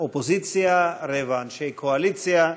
אופוזיציה, רבע אנשי קואליציה,